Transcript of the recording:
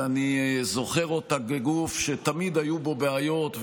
ואני זוכר אותה כגוף שתמיד היו בו בעיות,